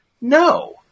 No